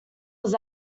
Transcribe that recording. was